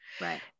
right